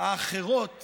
האחרות